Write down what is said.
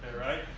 right